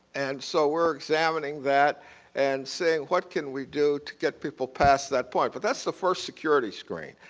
and so we're examining that and saying what can we do to get people past that point. but that's the first security screen.